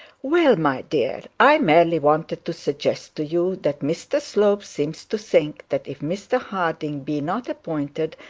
well, my dear, i merely wanted to suggest to you that mr slope seems to think that if mr harding be not appointed,